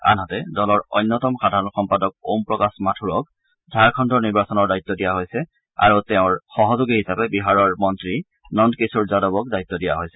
আনহাতে দলৰ অন্যতম সাধাৰণ সম্পাদক ওম প্ৰকাশ মাথুৰক ঝাৰখণ্ডৰ নিৰ্বাচনৰ দায়িত্ব দিয়া হৈছে আৰু তেওঁৰ সহযোগী হিচাপে বিহাৰৰ মন্ত্ৰী নন্দ কিশোৰ যাদৱক দায়িত্ব দিয়া হৈছে